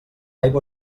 aigua